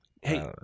Hey